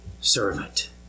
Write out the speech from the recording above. servant